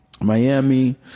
miami